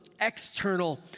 external